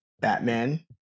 Batman